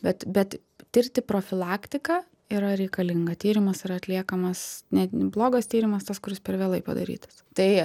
bet bet tirti profilaktiką yra reikalinga tyrimas yra atliekamas net blogas tyrimas tas kuris per vėlai padarytas tai